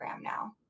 now